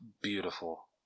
beautiful